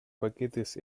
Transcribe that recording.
paquetes